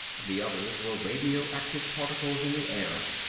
the others were radioactive particles in the air.